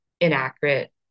inaccurate